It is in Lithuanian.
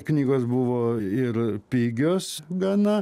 knygos buvo ir pigios gana